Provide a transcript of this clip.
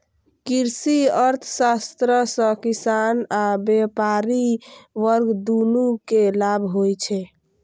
कृषि अर्थशास्त्र सं किसान आ व्यापारी वर्ग, दुनू कें लाभ होइ छै